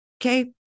Okay